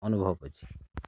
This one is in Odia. ଅନୁଭବ୍ ଅଛେ